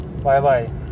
Bye-bye